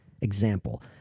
example